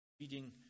reading